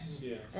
Yes